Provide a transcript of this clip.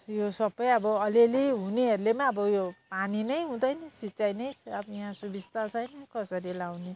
यो सब अब अलि अलि हुनेहरूले अब यो पानी नै हुँदैन सिँचाइ नै अब यहाँ सुबिस्ता छैन कसरी लगाउने